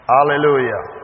Hallelujah